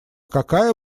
какая